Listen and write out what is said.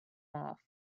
off